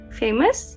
famous